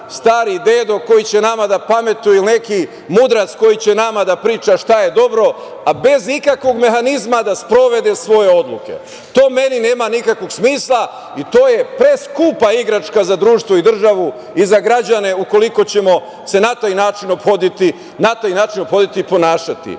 stari dedo koji će nama da pametuje ili neki mudrac koji će nama da priča šta je dobro, a bez ikakvog mehanizma da sprovede svoje odluke. To meni nema nikakvog smisla i to je preskupa igračka za društvo i državu i za građane, ukoliko ćemo se na taj način ophoditi i ponašati. Da